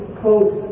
close